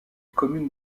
communes